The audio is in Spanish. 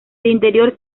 interior